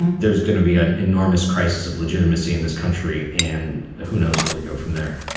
there's going to be an enormous crisis of legitimacy in this country. and who knows where we go from there?